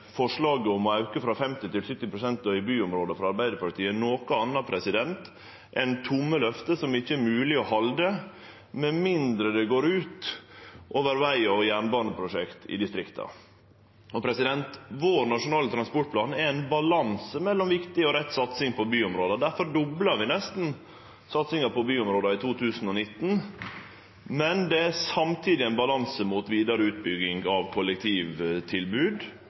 forslaget frå Arbeidarpartiet om å auke frå 50 pst. til 70 pst. i byområda i realiteten ikkje er noko anna enn tomme løfte som det ikkje er mogleg å halde med mindre det går ut over veg- og jernbaneprosjekt i distrikta. Vår nasjonale transportplan er ein balanse mellom viktig og rett satsing på byområda. Difor doblar vi nesten satsinga på byområda i 2019. Men det er samtidig ein balanse mot vidare utbygging av kollektivtilbod